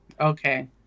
okay